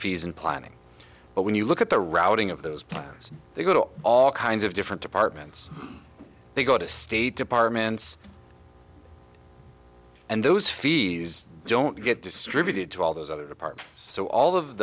fees and planning but when you look at the routing of those plans they go to all kinds of different departments they go to state departments and those fees don't get distributed to all those other parts so all of